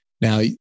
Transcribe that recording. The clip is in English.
Now